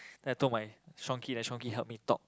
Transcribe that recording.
then I told my strongkey then my strongkey help me talk